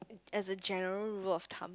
as general rule of thumb